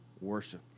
worship